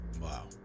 Wow